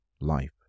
life